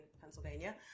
Pennsylvania